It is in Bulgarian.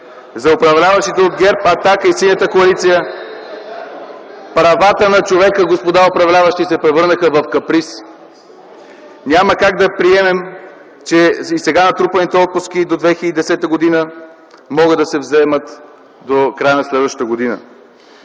За управляващите от ГЕРБ, „Атака” и Синята коалиция правата на човека се превърнаха в каприз. Няма как да приемем, че и сега натрупаните отпуски до 2010 г. могат да се вземат до края на следващата година.